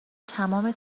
تمام